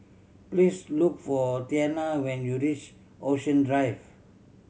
please look for Tianna when you reach Ocean Drive